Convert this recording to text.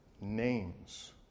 names